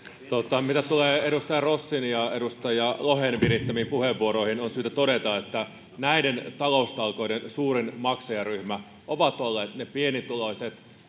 mitä tulee edustaja rossin ja edustaja lohen virittämiin puheenvuoroihin on syytä todeta että näiden taloustalkoiden suurin maksajaryhmä ovat olleet ne pienituloiset